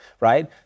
Right